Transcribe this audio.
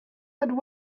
had